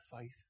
faith